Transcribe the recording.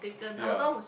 ya